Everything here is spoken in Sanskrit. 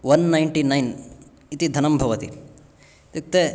वन् नैन्टी नैन् इति धनं भवति इत्युक्ते